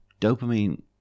dopamine